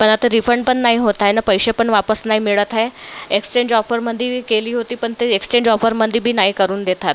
पण आता रिफंड पण नाही होत आहे ना पैसे पण वापस नाही मिळत आहे एक्सेंज ऑफरमंदी केली होती पण ते एक्सेंज ऑफरमंदी बी नाही करून देत आहेत